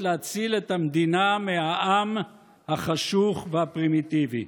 להציל את המדינה מהעם החשוך והפרימיטיבי.